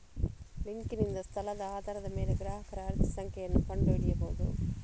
ಲಿಂಕಿನಿಂದ ಸ್ಥಳದ ಆಧಾರದ ಮೇಲೆ ಗ್ರಾಹಕರ ಅರ್ಜಿ ಸಂಖ್ಯೆಯನ್ನು ಕಂಡು ಹಿಡಿಯಬಹುದು